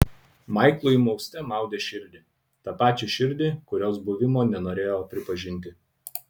maiklui mauste maudė širdį tą pačią širdį kurios buvimo nenorėjo pripažinti